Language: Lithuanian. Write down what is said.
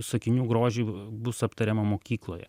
sakinių grožį bus aptariama mokykloje